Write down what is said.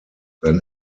than